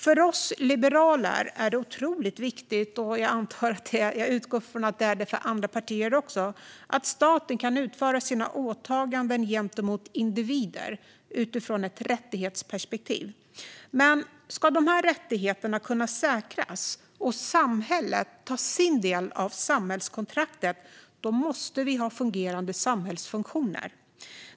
För oss liberaler är det otroligt viktigt - och jag utgår från att det är det också för andra partier - att staten kan utföra sina åtaganden gentemot individer utifrån ett rättighetsperspektiv. Men ska dessa rättigheter kunna säkras och samhället ta sin del av samhällskontraktet måste vi ha fungerande samhällsfunktioner.